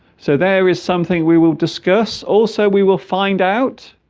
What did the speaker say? so there is something we will discuss also we will find out